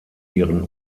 ihren